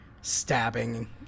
stabbing